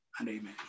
amen